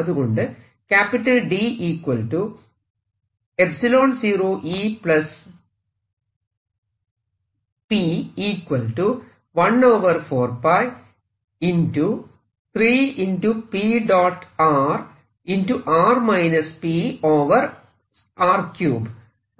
അതുകൊണ്ട്